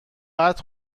قدر